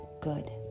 good